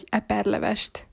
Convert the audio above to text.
eperlevest